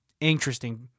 Interesting